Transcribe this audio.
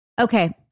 okay